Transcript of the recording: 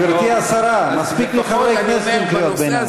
גברתי השרה, מספיק לי חברי כנסת עם קריאות ביניים.